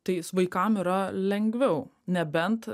tai vaikam yra lengviau nebent